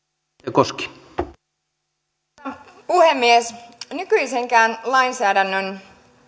arvoisa puhemies nykyisenkään lainsäädännön